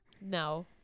No